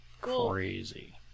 crazy